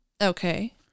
Okay